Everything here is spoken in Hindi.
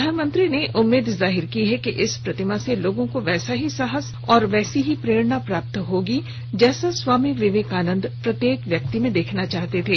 प्रधानमंत्री ने उम्मीद जाहिर की कि इस प्रतिमा से लोगों को वैसा ही साहस और वैसी ही प्रेरणा प्राप्त होगी जैसा स्वामी विवेकानंद प्रत्येक व्यक्ति में देखना चाहते थे